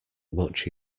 much